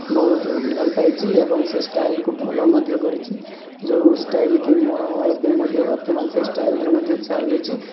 ବହୁତ ଭଲ ପାଇଛି ଏବଂ ସେ ଷ୍ଟାଇଲ୍କୁ ଫୋଲୋ ମଧ୍ୟ କରିଛି ଯେଉଁ ଷ୍ଟାଇଲ୍ କି ମୁଁ ଏବେ ମଧ୍ୟ ବର୍ତ୍ତମାନ ସେ ଷ୍ଟାଇଲ୍ରେ ମଧ୍ୟ ଚାଲୁଛି